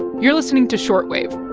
you're listening to short wave